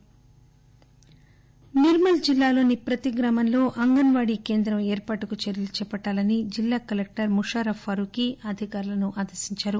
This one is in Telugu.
అంగన్ వాడీ నిర్మల్ జిల్లాలోని ప్రతి గ్రామంలో అంగన్వాడి కేంద్రం ఏర్పాటుకు చర్యలు చేపట్లాలని జిల్లా కలెక్లర్ ముషర్రఫ్ ఫారూఖీ అధికారులను ఆదేశించారు